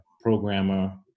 programmer